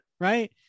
right